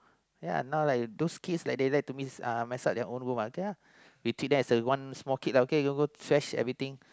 ya now like those kids like that they like to miss uh mess up their own room okay lah we treat them as a one small kid okay lah go go trash everything